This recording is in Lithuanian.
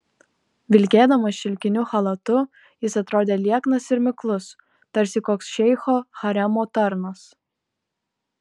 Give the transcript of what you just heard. vilkėdamas šilkiniu chalatu jis atrodė lieknas ir miklus tarsi koks šeicho haremo tarnas